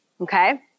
Okay